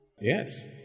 Yes